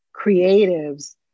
creatives